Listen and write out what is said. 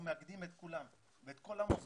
מאגדים את כולם ואת כל המוסדות,